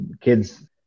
kids